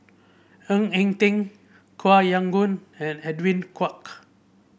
Ng Eng Teng Koh Yong Guan and Edwin Koek